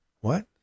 What